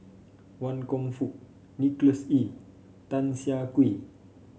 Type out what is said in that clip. Wan Kam Fook Nicholas Ee Tan Siah Kwee